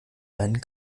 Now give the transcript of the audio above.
einen